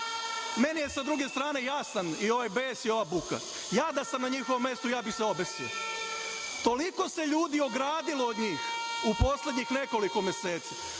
Meni je sa druge strane jasan i ovaj bes i ova buka. Ja da sam na njihovom mestu, ja bih se obesio. Toliko se ljudi ogradilo od njih u poslednjih nekoliko meseci,